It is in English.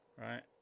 Right